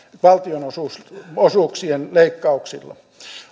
valtionosuuksien leikkauksilla